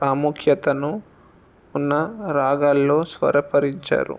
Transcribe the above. ప్రాముఖ్యతను ఉన్న రాగాల్లో స్వరపరించారు